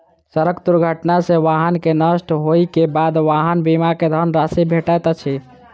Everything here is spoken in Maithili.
सड़क दुर्घटना सॅ वाहन के नष्ट होइ के बाद वाहन बीमा के धन राशि भेटैत अछि